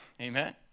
Amen